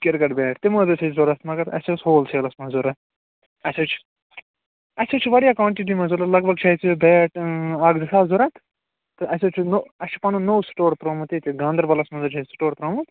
cricket bat تِم حظ ٲسۍ اَسہِ ضروٗرت مگر اَسہِ اوس ہول سیلَس منٛز ضروٗرت اَسہِ حظ چھِ اَسہِ حظ چھِ واریاہ کانٹِٹی منٛز ضروٗرت لَگ بَگ چھِ اَسہِ بیٹ اَکھ زٕ ساس ضروٗرت تہٕ اَسہِ حظ چھِ نوٚو اَسہِ چھُ پَنُن نوٚو سِٹور ترٛوومُت ییٚتہِ گانٛدَربَلَس منٛز حظ چھِ اَسہِ سِٹور ترٛوومُت